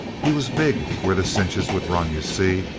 he was big where the cinches would run, you see,